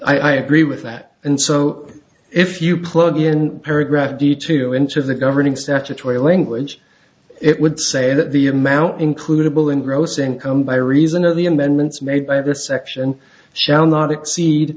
contain i agree with that and so if you plug in paragraph veto into the governing statutory language it would say that the amount included a bill in gross income by reason of the amendments made by the section shall not exceed